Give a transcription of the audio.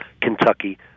Kentucky